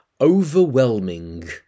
overwhelming